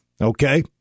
Okay